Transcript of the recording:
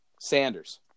Sanders